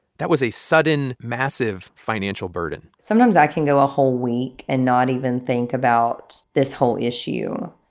that was a sudden, massive financial burden sometimes i can go a whole week and not even think about this whole issue.